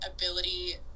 ability